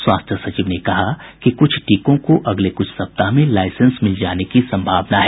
स्वास्थ्य सचिव ने कहा कि कुछ टीकों को अगले कुछ सप्ताह में लाइसेंस मिल जाने की संभावना है